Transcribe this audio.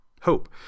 hope